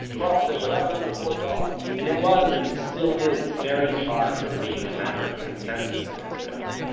crossed into lebanon before dawn. and it was and still is very far from being a matter of consensus in israel